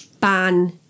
ban